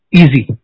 easy